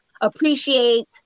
appreciate